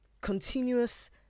continuous